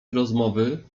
rozmowy